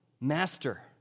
master